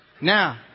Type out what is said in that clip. Now